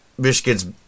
Michigan's